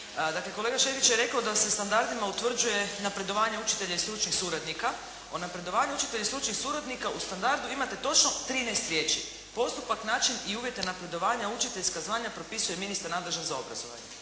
kolega Šetić je rekao da se standardima utvrđuje napredovanje učitelja i stručnih suradnika. O napredovanju učitelja i stručnih suradnika u standardu imate točno 13 riječi postupak, način i uvjete napredovanja učiteljska zvanja propisuje ministar nadležan za obrazovanje.